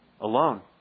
alone